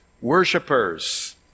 worshippers